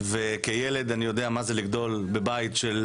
וכילד אני יודע מה זה לגדול בבית של